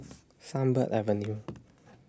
Sunbird Avenue